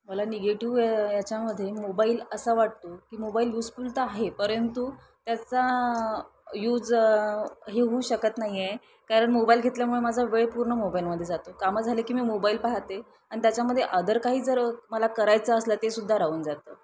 मला निगेटिव याच्यामध्ये मोबाईल असा वाटतो की मोबाईल यूजफुल तर आहे परंतु त्याचा यूज हे होऊ शकत नाही आहे कारण मोबाईल घेतल्यामुळे माझा वेळ पूर्ण मोबाईलमध्ये जातो कामं झालं की मी मोबाईल पाहते आणि त्याच्यामध्ये अदर काही जर मला करायचं असलं ते सुद्धा राहून जातं